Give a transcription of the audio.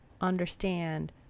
understand